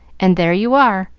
and there you are.